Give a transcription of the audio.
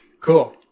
Cool